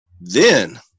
Then-